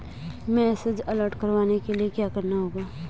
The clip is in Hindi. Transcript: मैसेज अलर्ट करवाने के लिए क्या करना होगा?